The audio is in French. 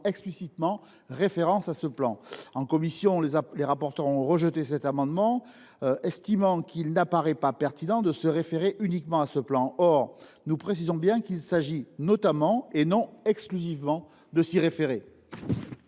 explicitement référence. En commission, les rapporteurs ont rejeté cette proposition, estimant qu’il n’apparaissait pas pertinent de se référer uniquement à ce plan. Or nous précisons bien qu’il s’agit « notamment », et non « exclusivement », de s’y référer.